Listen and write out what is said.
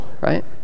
Right